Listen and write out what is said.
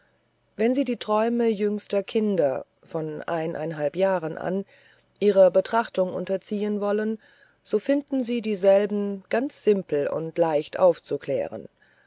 wenn sie die träume jüngster kinder von jahren an ihrer betrachtung unterziehen wollen so finden sie dieselben ganz simpel und leicht aufzuklären